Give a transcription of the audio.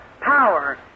power